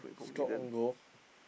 scored own goal